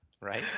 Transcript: right